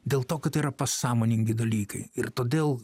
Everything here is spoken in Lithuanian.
dėl to kad tai yra pasąmoningi dalykai ir todėl